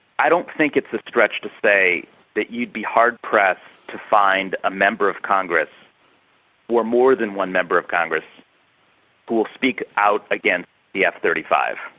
i don't think it's a stretch to say that you would be hard pressed to find a member of congress or more than one member of congress who will speak out against the f thirty five.